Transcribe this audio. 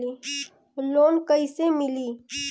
Loan कइसे मिली?